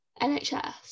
NHS